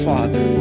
Father